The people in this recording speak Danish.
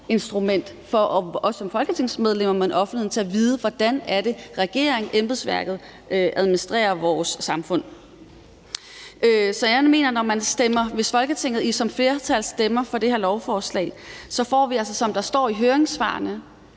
kerneinstrument for både os som folketingsmedlemmer og for offentligheden i forhold til at vide, hvordan det er, at regeringen og embedsværket administrerer vores samfund. Så jeg mener, at hvis et flertal i Folketinget stemmer for det her lovforslag, har vi altså, som der står i høringssvarene,